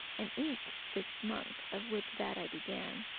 and eke this monk of which that i began,